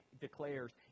declares